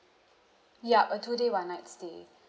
yup a two day one night stay